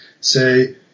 say